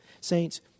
Saints